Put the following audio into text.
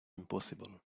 impossible